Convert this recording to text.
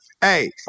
Hey